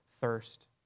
thirst